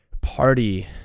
party